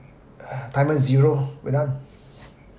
timer is zero we're done